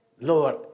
Lord